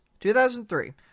2003